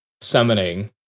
summoning